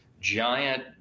giant